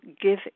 give